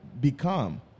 become